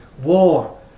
war